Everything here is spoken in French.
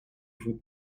vous